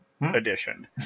edition